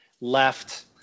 left